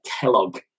Kellogg